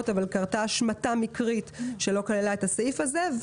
אבל קרתה השמטה מקרית שלא כללה את הסעיף הזה.